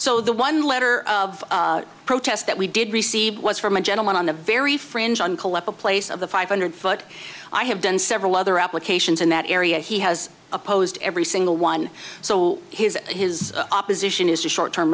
so the one letter of protest that we did receive was from a gentleman on the very fringe on collect a place of the five hundred foot i have done several other applications in that area he has opposed every single one so his his opposition is a short term